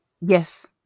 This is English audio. Yes